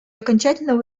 окончательного